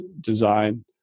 design